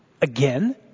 again